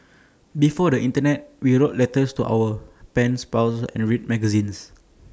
before the Internet we wrote letters to our pens pals and read magazines